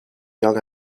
young